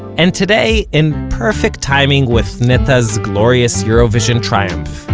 and today, in perfect timing with netta's glorious eurovision triumph,